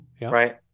right